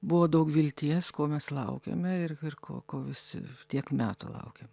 buvo daug vilties ko mes laukiame ir ir ko ko visi tiek metų laukėm